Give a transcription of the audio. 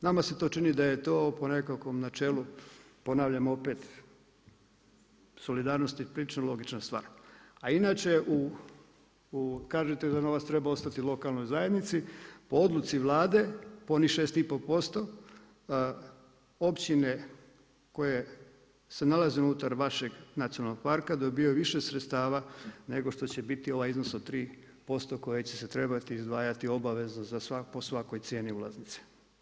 Nama se to čini da je to po nekakvom načelu ponavljam opet, solidarnosti prilično logična stvar, a inače u kažete da novac treba ostati lokalnoj zajednici, po odluci Vlade po onih 6 i pol posto, općine koje se nalaze unutar vašeg nacionalnog parka, dobivaju više sredstava nego što će biti ovaj iznos od 3% koje će se trebati izdvajati obavezno po svakoj cijeni ulaznice.